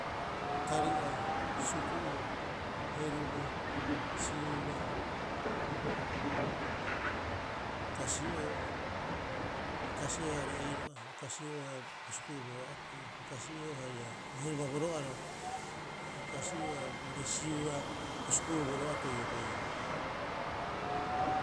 Tari'a, suku'u, heruba, siura, kasi'oo, bo kasi'oo haia are'ei ro'a, bo kasi'oo haia bo suku'u boro'a tei, bo kasi'oo haia bo heruba boro'aro, bo kasi'oo haia bo resiura. Bo suku'u bo ro'a tei hiokoi ii'oo.